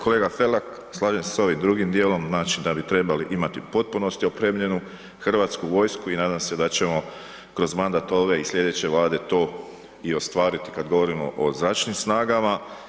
Kolega Felak, slažem se s ovim drugim djelom, znači da bi trebali imati u potpunosti opremljenu hrvatsku vojsku i nadam se da ćemo kroz mandat ove i slijedeće Vlade to i ostvariti kad govorimo o zračnim snagama.